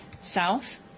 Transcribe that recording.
South